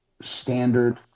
standard